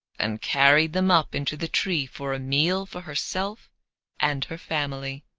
and carried them up into the tree for a meal for herself and her family.